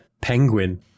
Penguin